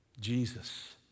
Jesus